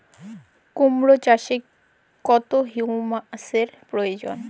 কুড়মো চাষে কত হিউমাসের প্রয়োজন?